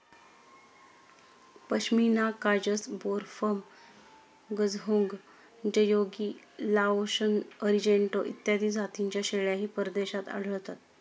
पश्मिना काजस, बोर, फर्म, गझहोंग, जयोगी, लाओशन, अरिजेंटो इत्यादी जातींच्या शेळ्याही परदेशात आढळतात